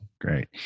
great